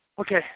Okay